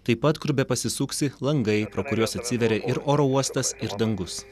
taip pat kur bepasisuksi langai pro kuriuos atsiveria ir oro uostas ir dangus